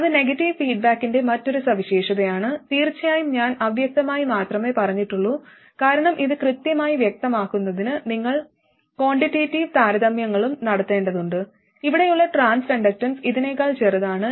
അത് നെഗറ്റീവ് ഫീഡ്ബാക്കിന്റെ മറ്റൊരു സവിശേഷതയാണ് തീർച്ചയായും ഞാൻ അവ്യക്തമായി മാത്രമേ പറഞ്ഞിട്ടുള്ളൂ കാരണം ഇത് കൃത്യമായി വ്യക്തമാക്കുന്നതിന് നിങ്ങൾ ക്വാണ്ടിറ്റേറ്റീവ് താരതമ്യങ്ങളും നടത്തേണ്ടതുണ്ട് ഇവിടെയുള്ള ട്രാൻസ് കണ്ടക്ടൻസ് ഇതിനെക്കാൾ ചെറുതാണ്